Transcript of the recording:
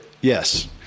Yes